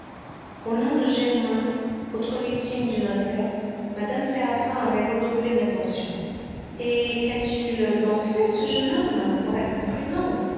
au nom de germain autre victime du notaire mme séraphin avait redoublé d'attention et qu'a-t-il donc fait ce jeune homme pour être en prison